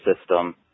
system